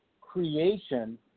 creation